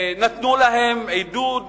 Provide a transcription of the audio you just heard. נתנו להם עידוד,